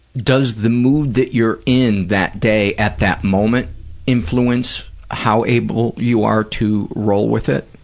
does the mood that you're in that day at that moment influence how able you are to roll with it,